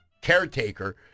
caretaker